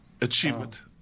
Achievement